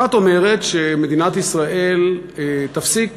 אחת אומרת שמדינת ישראל תפסיק